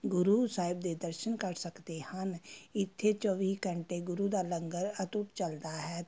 ਗੁਰੂ ਸਾਹਿਬ ਦੇ ਦਰਸ਼ਨ ਕਰ ਸਕਦੇ ਹਨ ਇੱਥੇ ਚੌਵੀ ਘੰਟੇ ਗੁਰੂ ਦਾ ਲੰਗਰ ਅਤੁੱਟ ਚੱਲਦਾ ਹੈ